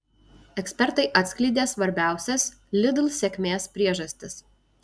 ekspertai atskleidė svarbiausias lidl sėkmės priežastis